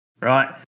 right